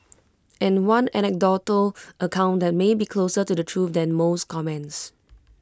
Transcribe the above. and one anecdotal account that may be closer to the truth than most comments